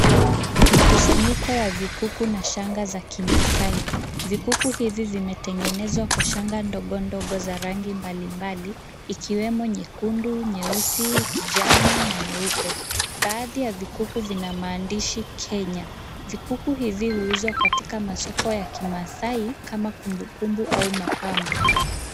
Mkusanyiko wa vikuku na shanga za kimaasai. Vikuku hivi vimetengenezwa kwa shanga ndogo ngogo za rangi mbalimbali ikiwemo nyekundu , nyeusi , kijani na nyeupe. Baadhi ya vikuku vina maandishi Kenya. Vikuku hivi huuzwa katika masoko ya kimaasai kama kumbukumbu au mapambo.